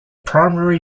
primary